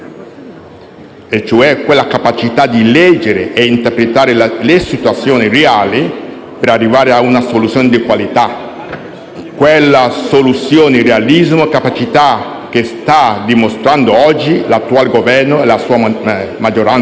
e cioè quella capacità di leggere e interpretare le situazioni reali per arrivare ad una soluzione di qualità, quella soluzione, realismo e capacità che sta dimostrando oggi l'attuale Governo e la sua maggioranza,